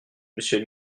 monsieur